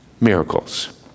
miracles